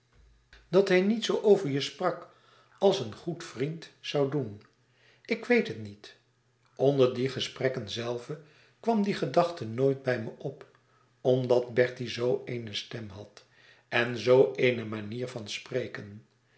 dat hij niet zoo over je sprak als een goed vriend zoû doen ik weet het niet onder die gesprekken zelve kwam die gedachte nooit bij me op omdat bertie zoo eene stem had en zoo eene manier van spreken